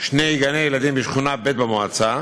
שני גני-ילדים בשכונה ב' במועצה.